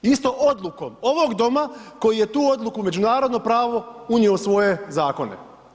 Isto odlukom ovog Doma koji je tu odluku u međunarodno pravo unio u svoje zakone.